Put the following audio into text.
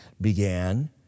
began